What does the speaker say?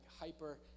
hyper